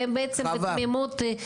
והם בעצם בתמימות נקלעו לבעיה.